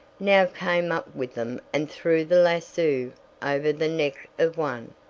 now came up with them and threw the lasso over the neck of one,